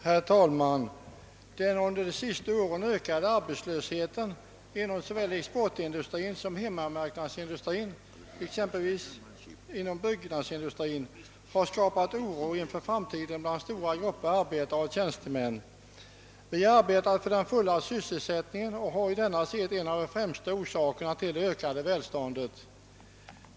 Herr talman! Den under det senaste året ökade arbetslösheten inom såväl exportindustrin som hemmamarknadsindustrin, exempelvis byggnadsindustrin, har skapat oro för framtiden bland stora grupper av arbetare och tjänstemän. Vi har arbetat för den fulla sysselsättningen och har i denna sett en av de främsta orsakerna till det ökade välståndet.